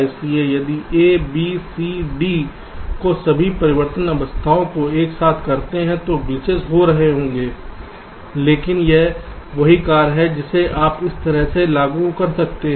इसलिए यदि आप A B C D की सभी परिवर्तन अवस्थाओं को एक साथ करते हैं तो ग्लीचेस हो रहे होंगे लेकिन यह वही कार्य है जिसे आप इस तरह से भी लागू कर सकते हैं